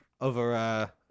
over